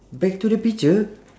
back to the picture